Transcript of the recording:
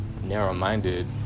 narrow-minded